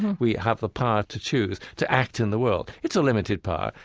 we have the power to choose, to act in the world. it's a limited power.